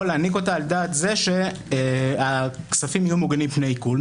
להעניק אותה על דעת זה שהכספים יהיו מוגנים מפני עיקול,